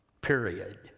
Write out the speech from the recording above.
Period